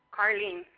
Carlene